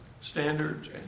standards